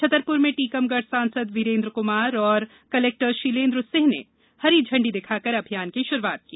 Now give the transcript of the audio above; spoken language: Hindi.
छतरपुर में टीकमगढ सांसद वीरेन्द्र कुमार और कलेक्टर शीलेन्द्र सिंह ने हरी झंडी दिखाकर अभियान की शुरूआत की